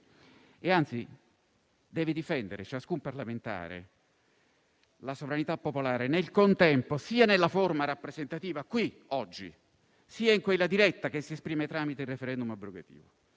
e, anzi, deve difendere la sovranità popolare nel contempo sia nella forma rappresentativa, qui oggi, sia in quella diretta che si esprime tramite *referendum* abrogativo.